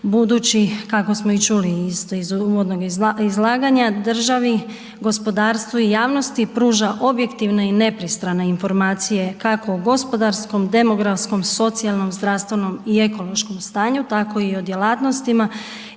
budući, kako smo i čuli isto iz uvodnog izlaganja, državi, gospodarstvu i javnosti pruža objektivne i nepristrane informacije kako u gospodarskom, demografskom, socijalnom, zdravstvenom i ekološkom stanju, tako i o djelatnostima